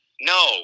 No